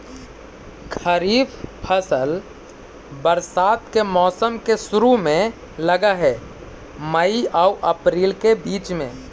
खरीफ फसल बरसात के मौसम के शुरु में लग हे, मई आऊ अपरील के बीच में